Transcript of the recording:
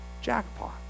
jackpot